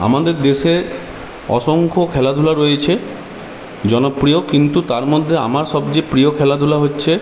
আমাদের দেশে অসংখ্য খেলাধুলা রয়েছে জনপ্রিয় কিন্তু তার মধ্যে আমার সবচেয়ে প্রিয় খেলাধুলা হচ্ছে